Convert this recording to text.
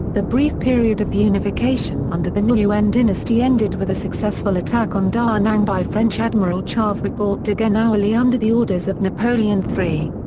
the brief period of unification under the nguyen dynasty ended with a successful attack on da nang by french admiral charles rigault de genouilly under the orders of napoleon iii.